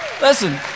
Listen